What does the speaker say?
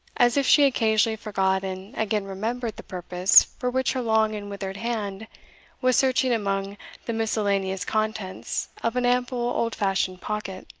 as if she occasionally forgot and again remembered the purpose for which her long and withered hand was searching among the miscellaneous contents of an ample old-fashioned pocket.